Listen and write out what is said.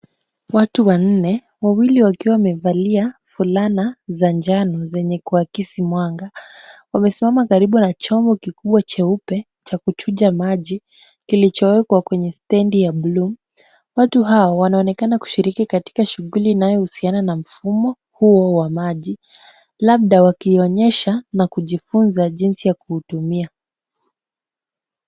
Watu wanne, wawili wakiwa wamevalia fulana za njano zenye kuakisi mwanga. Wamesimama karibu na chombo kikubwa cheupe cha kuchuja maji kilichowekwa kwenye stendi ya buluu. Watu hawa wanaonekana kushiriki katika shughuli inayohusiana na mfumo huo wa maji, labda wakionyesha na kujifunza jinsi ya kuutumia.